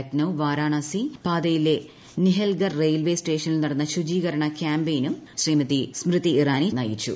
ലക്നൌ വാരണാസി പാതയിലെ നിഹൽഗർ റെയിൽവേ സ്റ്റേഷനിൽ നടന്ന ശുചീകരണ ക്യാമ്പെയ്നും മന്ത്രി നയിച്ചു